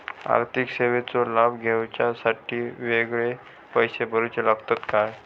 आर्थिक सेवेंचो लाभ घेवच्यासाठी वेगळे पैसे भरुचे लागतत काय?